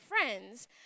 friends